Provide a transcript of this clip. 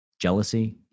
jealousy